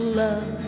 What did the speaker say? love